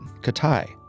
Katai